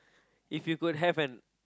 if you could have an